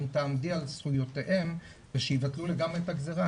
אם תעמדי על זכויותיהן ושיבטלו לגמרי את הגזרה.